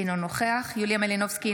אינו נוכח יוליה מלינובסקי,